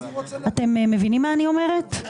אתם מבינים מה אני אומרת?